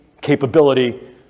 capability